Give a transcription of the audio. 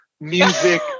music